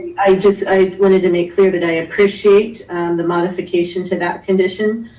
i just wanted to make clear that i appreciate the modification to that condition